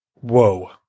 Whoa